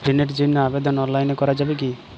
ঋণের জন্য আবেদন অনলাইনে করা যাবে কি?